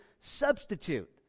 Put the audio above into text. substitute